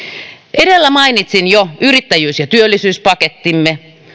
edellä mainitsin jo yrittäjyys ja työllisyyspakettimme